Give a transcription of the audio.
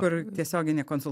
kur tiesioginė konsul